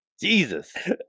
Jesus